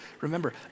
remember